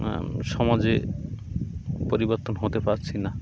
সমাজে পরিবর্তন হতে পারছি না